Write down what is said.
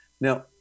Now